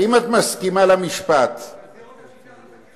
מסכימה למשפט, תזהיר אותה שהיא תחת חקירה.